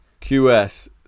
QS